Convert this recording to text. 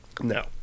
No